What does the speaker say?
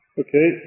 okay